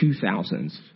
2000s